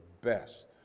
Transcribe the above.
best